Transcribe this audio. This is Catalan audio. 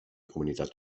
comunitat